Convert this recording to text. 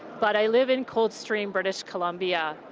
but i live in coldstream, british columbia.